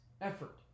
effort